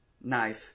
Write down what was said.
knife